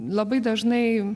labai dažnai